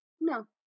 No